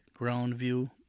Groundview